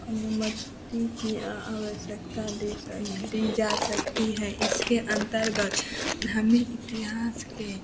अनुमति की अ आवश्यकता दे सक दी जा सकती हैं इसके अंतर्गत हमें इतिहास के